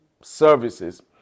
services